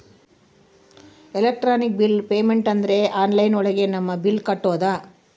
electronic bill payment ಅಂದ್ರೆ online ಒಳಗ ನಮ್ ಬಿಲ್ ಕಟ್ಟೋದು